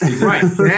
Right